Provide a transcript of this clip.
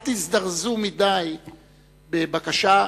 אל תזדרזו מדי בבקשה.